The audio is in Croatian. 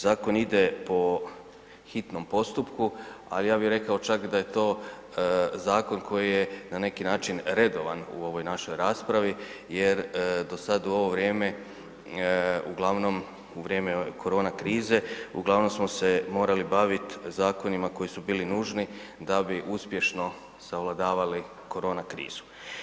Zakon ide po hitnom postupku, al ja bih rekao čak da je to zakon koji je na neki način redovan u ovoj našoj raspravi jer do sad u ovo vrijeme uglavnom u vrijeme korona krize uglavnom smo se morali baviti zakonima koji su bili nužni da bi uspješno savladavali korona krizu.